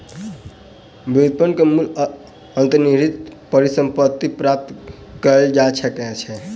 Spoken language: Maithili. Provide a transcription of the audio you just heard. व्युत्पन्न के मूल्य अंतर्निहित परिसंपत्ति सॅ प्राप्त कय जा सकै छै